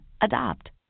adopt